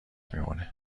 میمونه